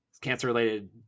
cancer-related